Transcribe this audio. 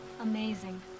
amazing